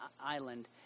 island